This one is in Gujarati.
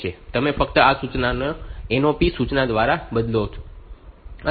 તમે ફક્ત આ સૂચનાઓને NOP સૂચના દ્વારા બદલો અને NOP સૂચના કોડ 0 0 છે